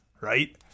right